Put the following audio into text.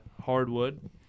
hardwood